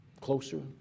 Closer